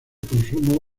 consumo